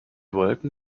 wolken